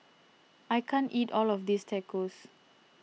I can't eat all of this Tacos